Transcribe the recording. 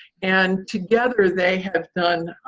and together they have done